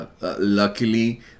Luckily